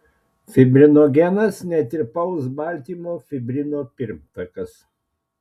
fibrinogenas netirpaus baltymo fibrino pirmtakas